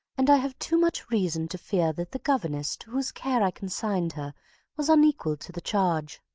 and i have too much reason to fear that the governess to whose care i consigned her was unequal to the charge.